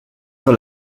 sur